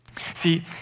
See